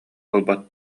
буолбат